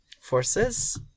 forces